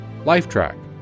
Lifetrack